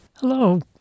Hello